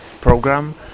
program